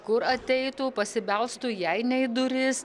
kur ateitų pasibelstų jei ne į duris